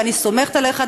ואני סומכת עליך,